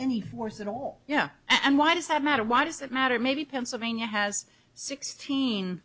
any force at all yeah and why does that matter why does it matter maybe pennsylvania has sixteen